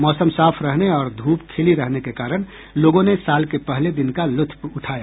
मौसम साफ रहने और धूप खिली रहने के कारण लोगों ने साल के पहले दिन का लुत्फ उठाया